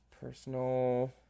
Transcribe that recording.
personal